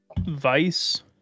Vice